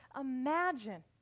imagine